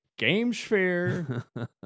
Gamesphere